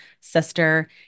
sister